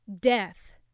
death